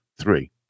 three